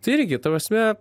tai irgi ta prasme